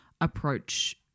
approach